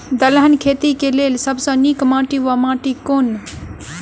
दलहन खेती केँ लेल सब सऽ नीक माटि वा माटि केँ?